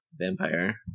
vampire